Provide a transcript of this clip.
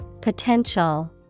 Potential